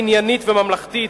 עניינית וממלכתית.